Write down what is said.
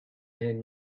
man